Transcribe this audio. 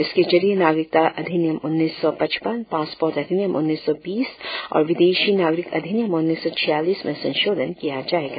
इसके जरिए नागरिकता अधिनियम उन्नीस सौ पच्चपन पासपोर्ट अधिनियम उन्नीस सौ बीस और विदेशी नागरिक अधिनियम उन्नीस सौ छियालीस में संशोधन किया जायेगा